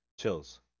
Chills